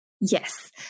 Yes